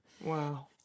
Wow